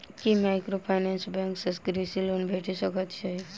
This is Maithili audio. की माइक्रोफाइनेंस बैंक सँ कृषि लोन भेटि सकैत अछि?